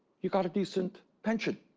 you got a decent pension.